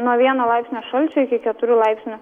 nuo vieno laipsnio šalčio iki keturių laipsnių